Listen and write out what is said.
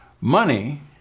Money